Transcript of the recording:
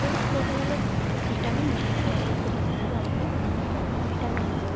ବହୁତ ପ୍ରକାରର ଭିଟାମିନ୍ ମିଲିଥାଏ ଏହିସବୁ ଖାଦ୍ୟରୁ ଆମକୁ ଭିଟାମିନ୍ ମିଲେ